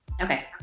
Okay